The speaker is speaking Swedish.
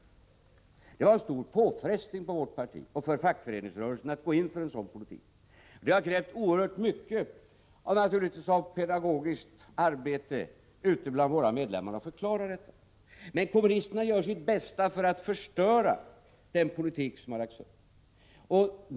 Och för det krävs det bättre lönsamhet. Det var en stor påfrestning för vårt parti och för fackföreningsrörelsen att gå in för en sådan politik. Det har naturligtvis krävts oerhört mycket av pedagogiskt arbete ute bland våra medlemmar för att förklara detta. Men kommunisterna gör sitt bästa för att förstöra den politik som har lagts upp.